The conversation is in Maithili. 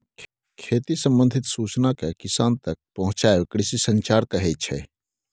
खेती संबंधित सुचना केँ किसान तक पहुँचाएब कृषि संचार कहै छै